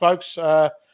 folks